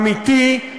אמיתי,